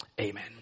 amen